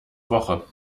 woche